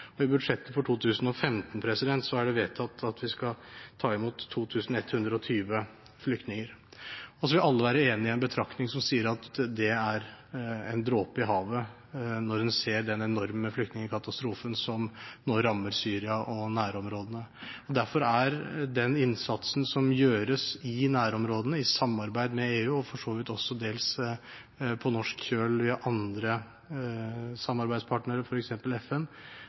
ta imot 2 120 flyktninger. Så vil alle være enig i en betraktning som sier at det er en dråpe i havet når man ser den enorme flyktningkatastrofen som nå rammer Syria og nærområdene. Derfor er den innsatsen som gjøres i nærområdene i samarbeid med EU og for så vidt også dels på norsk kjøl via andre samarbeidspartnere, f.eks. FN,